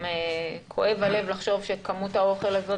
גם כואב הלב לחשוב שכמות האוכל הזאת